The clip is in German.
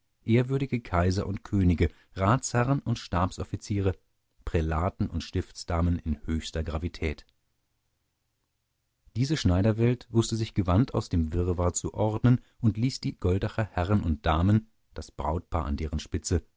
ehrwürdige kaiser und könige ratsherren und stabsoffiziere prälaten und stiftsdamen in höchster gravität diese schneiderwelt wußte sich gewandt aus dem wirrwarr zu ordnen und ließ die goldacher herren und damen das brautpaar an deren spitze